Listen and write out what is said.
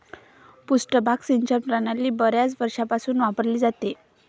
पृष्ठभाग सिंचन प्रणाली बर्याच वर्षांपासून वापरली जाते